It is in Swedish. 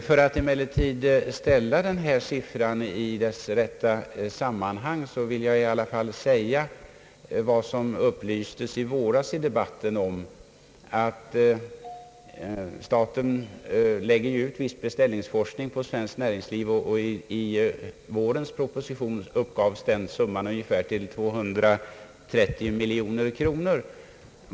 För att sätta in siffrorna i deras rätta sammanhang vill jag också nämna att staten lägger ut viss beställningsforskning till näringslivet. I vårens proposition uppgavs den summa som disponeras för detta ändamål till ungefär 230 miljoner kronor.